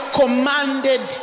commanded